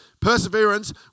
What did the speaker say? Perseverance